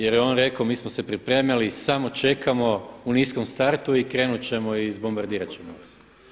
Jer je on rekao mi smo se pripremili, samo čekamo u niskom startu i krenut ćemo i izbombardirat ćemo vas.